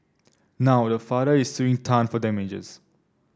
now the father is suing Tan for damages